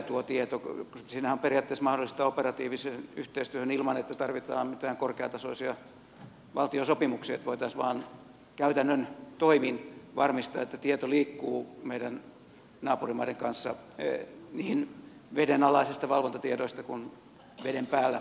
siinähän on periaatteessa mahdollisuus operatiiviseen yhteistyöhön ilman että tarvitaan mitään korkeatasoisia valtiosopimuksia niin että voitaisiin vain käytännön toimin varmistaa että tieto liikkuu meidän naapurimaidemme kanssa niin vedenalaisista valvontatiedoista kuin veden päällä saatavista tiedoista